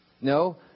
No